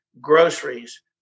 groceries